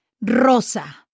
Rosa